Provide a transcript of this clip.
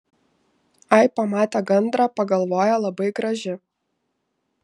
ai pamate gandrą pagalvoja labai graži